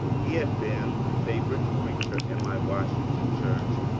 he had been the favourite preacher in my washington church,